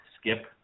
skip